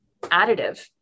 additive